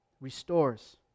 restores